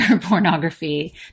pornography